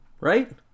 right